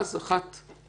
ואז אחד מהשניים,